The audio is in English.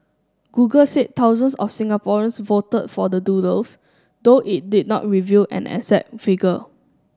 google said thousands of Singaporeans voted for the doodles though it did not reveal an exact figure